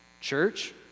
Church